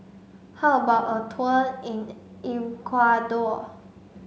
how about a tour in Ecuador